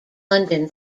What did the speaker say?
london